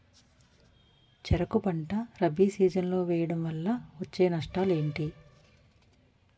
చెరుకు పంట రబీ సీజన్ లో వేయటం వల్ల వచ్చే నష్టాలు ఏంటి?